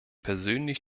persönlich